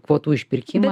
kvotų išpirkimą